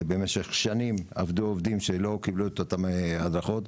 במשך שנים עבדו עובדים שלא קיבלו את אותן הדרכות.